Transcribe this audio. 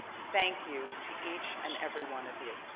thank you to each and every one of you.